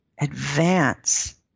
advance